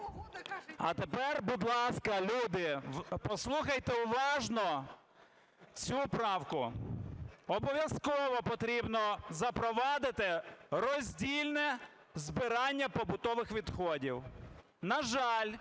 А тепер, будь ласка, люди, послухайте уважно цю правку. Обов'язково потрібно запровадити роздільне збирання побутових відходів. На жаль,